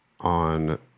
on